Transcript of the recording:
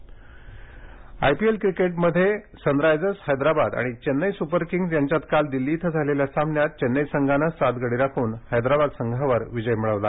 cricket I P L क्रिकेटमध्ये Sunrisers Hyderabad आणि Chennai Super Kings यांच्यात काल दिल्ली इथं झालेल्या सामन्यात चेन्नई संघानं सात गडी राखून हैद्राबाद संघावर विजय मिळवला